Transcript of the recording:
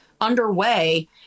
underway